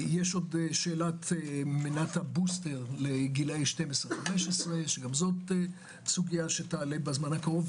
יש עוד שאלת מנת הבוסטר לגילאי 12 עד 15 שגם זו סוגיה שתעלה בזמן הקרוב,